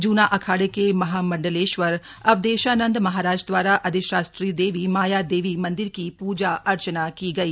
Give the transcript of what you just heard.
जूना अखाड़े के महामंडलेश्वर अवदेशानंद महाराज द्वारा अधिष्ठात्री देवी माया देवी मंदिर की पूजा अर्चना की गई